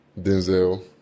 Denzel